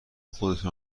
خودتو